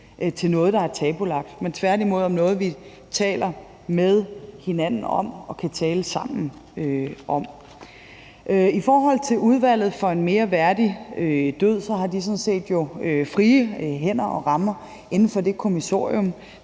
til noget, der er tabubelagt, men at det tværtimod er noget, vi kan tale med hinanden og vi kan tale sammen om. I forhold til Udvalget for en mere værdig død har de jo sådan set inden for det kommissorium